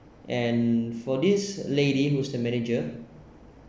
and for this lady who's the manager